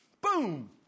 Boom